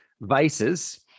vices